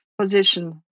position